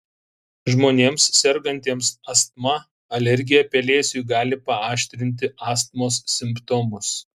žmonėms sergantiems astma alergija pelėsiui gali paaštrinti astmos simptomus